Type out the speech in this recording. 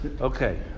Okay